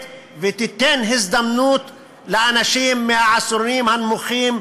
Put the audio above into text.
ותיתן הזדמנות לאנשים מהעשירונים הנמוכים,